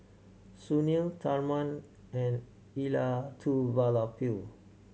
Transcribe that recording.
Sunil Tharman and Elattuvalapil